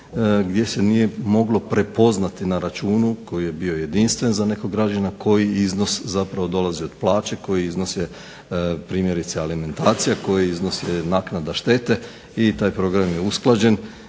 gdje se nije moglo prepoznati na računu koji je bio jedinstven za nekog građanina, koji iznos zapravo dolazi od plaće, koji iznos je primjerice alimentacija, koji iznos je naknada štete. I taj program je usklađen,